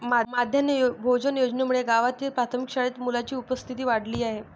माध्यान्ह भोजन योजनेमुळे गावातील प्राथमिक शाळेत मुलांची उपस्थिती वाढली आहे